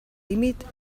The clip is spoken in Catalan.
límit